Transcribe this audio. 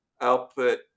output